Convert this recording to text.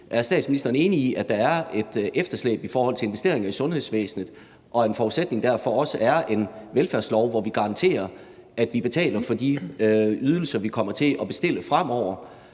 Er statsministeren enig i, at der er et efterslæb i forhold til investeringer i sundhedsvæsenet, og at en forudsætning derfor også er en velfærdslov, hvor vi garanterer, at vi betaler for de ydelser, vi kommer til at bestille fremover?